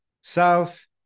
south